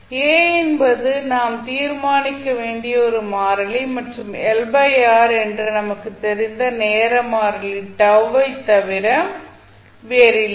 A என்பது நாம் தீர்மானிக்க வேண்டிய ஒரு மாறிலி மற்றும் LR என்று நமக்குத் தெரிந்த நேர மாறிலி τ தவிர வேறில்லை